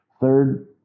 Third